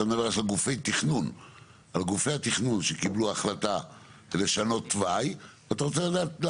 אתה מדבר על גופי התכנון שקיבלו החלטה לשנות תוואי ואתה רוצה לדעת.